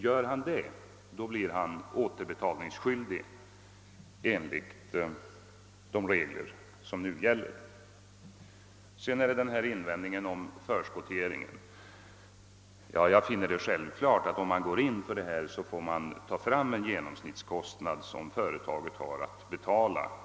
Gör han det blir han återbetalningsskyldig enligt de regler som nu gäller. Så några ord rörande invändningen om förskotteringen. Jag finner det självklart att om man går in för detta system måste man räkna fram en genomsnittskostnad som företaget har att betala.